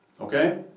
Okay